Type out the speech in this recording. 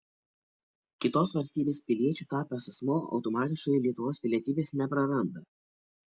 kitos valstybės piliečiu tapęs asmuo automatiškai lietuvos pilietybės nepraranda